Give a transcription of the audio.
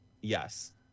Yes